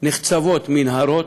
נחצבות מנהרות,